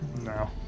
No